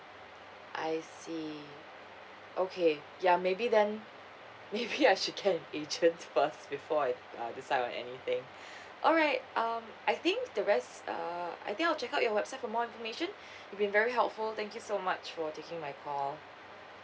I see okay ya maybe then maybe I should get an agent first before I uh decide on anything alright um I think the rest are I think I'll check out your website for more information you've been very helpful thank you so much for taking my call